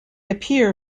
appear